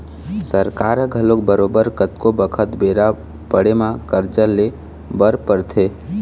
सरकार ल घलोक बरोबर कतको बखत बेरा पड़े म करजा ले बर परथे